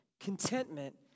Contentment